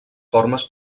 formes